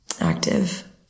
active